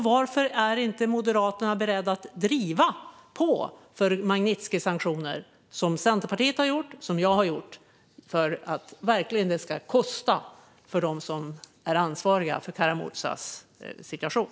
Varför är då inte Moderaterna beredda att driva på för Magnitskijsanktioner, som Centerpartiet har gjort och som jag har gjort, för att det verkligen ska kosta för dem som är ansvariga för Kara-Murzas situation?